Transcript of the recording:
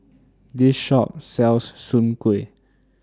This Shop sells Soon Kway